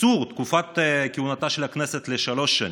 קיצור תקופת כהונתה של הכנסת לשלוש שנים,